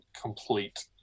complete